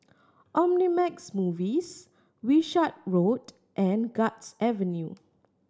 Omnimax Movies Wishart Road and Guards Avenue